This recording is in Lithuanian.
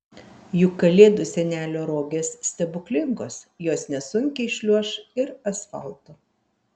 juk kalėdų senelio rogės stebuklingos jos nesunkiai šliuoš ir asfaltu